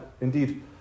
indeed